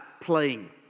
playing